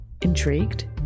Intrigued